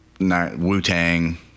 Wu-Tang